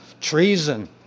treason